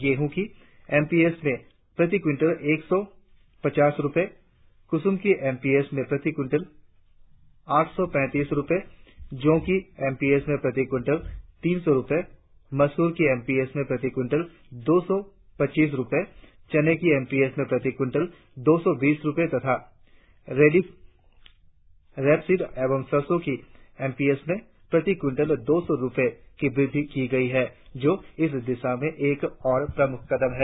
गेहुं की M S P में प्रति क्विंटल एक सौ पांच रुपये कुसुम की एम एस पी में प्रति क्विंटल आठ सौ पैतालीस रुपये जौ की एम एस पी में प्रति क्विंटल तीस रुपये मसूर की एम एस पी में प्रति क्विंटल दो सौ पच्चीस रुपये चने की एम एस पी में प्रति क्विंटल दो सौ बीस रुपये तथा रेपसीड एवं सरसों की एम एस पी में प्रति क्विंटल दो सौ रुपये की वृद्धि की गई है जो इस दिशा में एक और प्रमुख कदम है